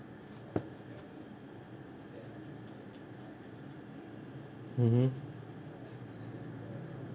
mmhmm